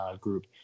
group